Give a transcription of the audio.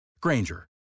Granger